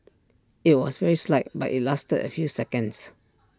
IT was very slight but IT lasted A few seconds